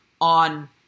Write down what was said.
on